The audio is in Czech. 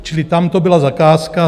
Čili tam to byla zakázka.